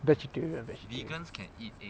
vegetarian vegetarian